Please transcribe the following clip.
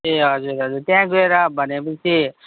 ए हजुर हजुर त्यहाँ गएर भनेपछि